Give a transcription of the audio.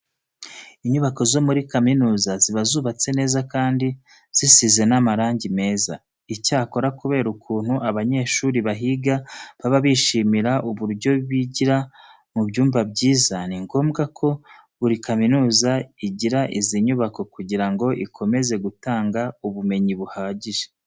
Inyubako zo muri kaminuza ziba zubatse neza kandi zisize n'amabara meza. Icyakora kubera ukuntu abanyeshuri bahiga baba bishimira uburyo bigira mu byumba byiza, ni ngombwa ko buri kaminuza igira izi nyubako kugira ngo ikomeze gutanga ubumenyi buhagije.